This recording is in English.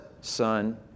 son